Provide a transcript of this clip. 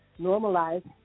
normalize